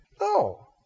No